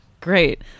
Great